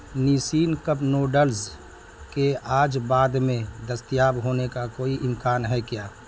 Nissin cup noodles کے آج بعد میں دستیاب ہونے کا کوئی امکان ہے کیا